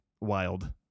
wild